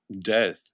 death